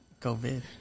COVID